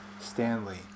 Stanley